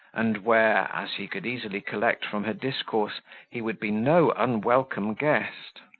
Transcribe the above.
and where, as he could easily collect from her discourse, he would be no unwelcome guest.